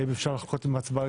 אם אפשר לחכות עם ההצבעה.